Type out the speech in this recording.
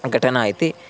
घटना इति